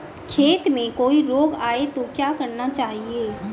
खेत में कोई रोग आये तो क्या करना चाहिए?